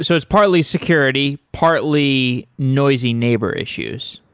so it's partly security, partly noisy neighbor issues.